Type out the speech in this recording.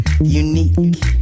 Unique